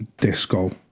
disco